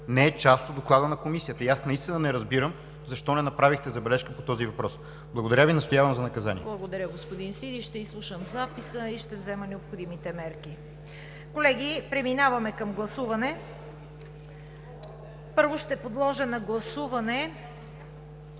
не е част от Доклада на Комисията и аз наистина не разбирам защо не направихте забележка по този въпрос. Благодаря Ви. Настоявам за наказание. ПРЕДСЕДАТЕЛ ЦВЕТА КАРАЯНЧЕВА: Благодаря, господин Сиди. Ще изслушам записа и ще взема необходимите мерки. Колеги, преминаваме към гласуване. Първо ще подложа на гласуване